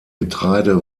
getreide